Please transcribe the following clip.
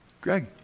Greg